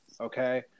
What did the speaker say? okay